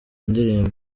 ndirimo